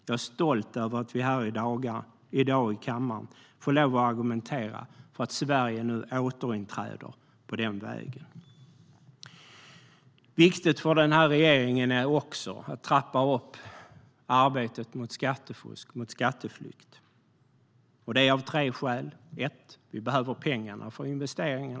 Jag är stolt över att vi här i dag i kammaren får lov att argumentera för att Sverige nu återinträder på den vägen. Det är också viktigt för den här regeringen att trappa upp arbetet mot skattefusk och skatteflykt. Det finns tre skäl till det. För det första: Vi behöver pengarna för investeringar.